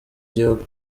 gihugu